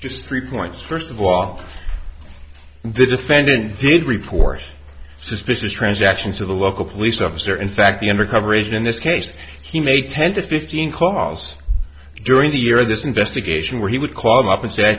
just three points first of all the defendant did report suspicious transactions to the local police officer in fact the undercover agent in this case he made ten to fifteen coss during the year of this investigation where he would call up and say i